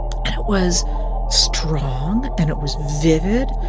and it was strong. and it was vivid.